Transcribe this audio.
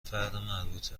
فرد